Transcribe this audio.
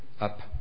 up